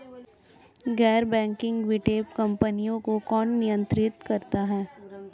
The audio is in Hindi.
गैर बैंकिंग वित्तीय कंपनियों को कौन नियंत्रित करता है?